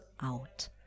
out